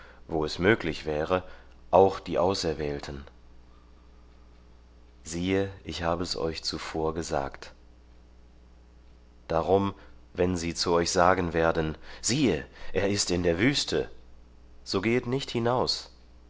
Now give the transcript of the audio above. wo es möglich wäre auch die auserwählten siehe ich habe es euch zuvor gesagt darum wenn sie zu euch sagen werden siehe er ist in der wüste so gehet nicht hinaus